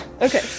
Okay